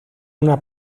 una